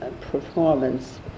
performance